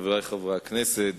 חברי חברי הכנסת,